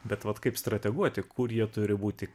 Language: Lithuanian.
bet vat kaip strateguoti kur jie turi būti